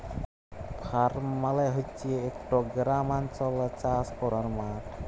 farm মালে হছে ইকট গেরামাল্চলে চাষ ক্যরার মাঠ